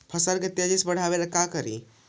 फसल के तेजी से बढ़ाबे ला का करि?